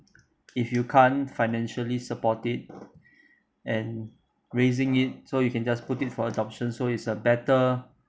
if you can't financially support it and raising it so you can just put it for adoption so is a better